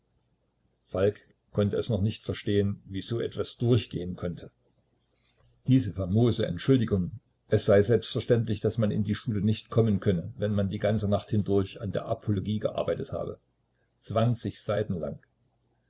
falk konnte es noch nicht verstehen wie so etwas durchgehen konnte diese famose entschuldigung es sei selbstverständlich daß man in die schule nicht kommen könne wenn man die ganze nacht hindurch an der apologie gearbeitet habe zwanzig seiten lang